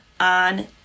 on